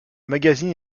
magazine